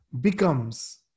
becomes